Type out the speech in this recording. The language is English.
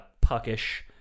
puckish